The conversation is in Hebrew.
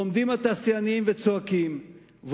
עומדים התעשיינים וצועקים,